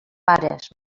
pares